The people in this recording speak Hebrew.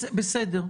בסדר.